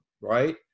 right